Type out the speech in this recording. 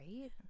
right